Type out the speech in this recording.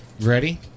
Ready